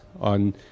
on